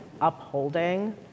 upholding